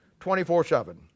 24-7